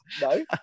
no